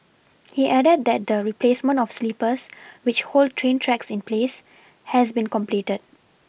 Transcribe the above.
he added that the replacement of sleepers which hold train tracks in place has been completed